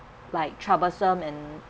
like troublesome and